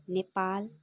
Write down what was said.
Nepal